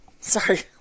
sorry